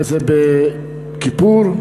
יום כיפור,